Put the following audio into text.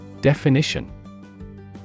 Definition